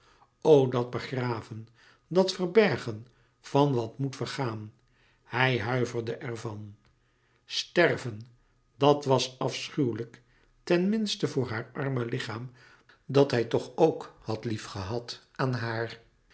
dat begraven dat verbergen louis couperus metamorfoze van wat moet vergaan hij huiverde er van sterven dat was afschuwelijk ten minste voor haar arme lichaam dat hij toch ok had liefgehad aan haar